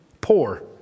poor